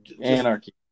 anarchy